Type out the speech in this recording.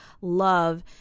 love